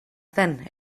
zen